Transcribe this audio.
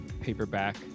paperback